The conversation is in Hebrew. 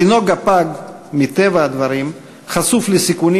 התינוק הפג, מטבע הדברים, חשוף לסיכונים